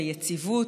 ביציבות,